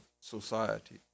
society